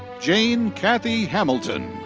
jane cathey hamilton.